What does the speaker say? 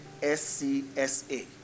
SCSA